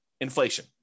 inflation